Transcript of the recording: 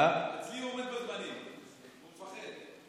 הוא מפחד,